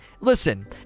Listen